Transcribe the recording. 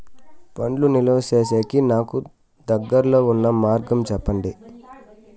పండ్లు నిలువ సేసేకి నాకు దగ్గర్లో ఉన్న మార్గం చెప్పండి?